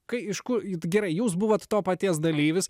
kai iš ku it gerai jūs buvot to paties dalyvis